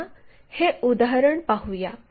आता हे उदाहरण पाहूया